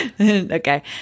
okay